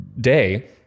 day